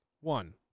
One